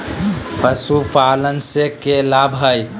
पशुपालन से के लाभ हय?